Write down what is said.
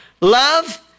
Love